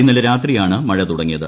ഇന്നലെ രാത്രിയാണ് മഴ തുടങ്ങിയത്